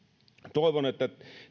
toivon että